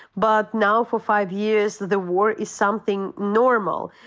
but now, for five years, the war is something normal.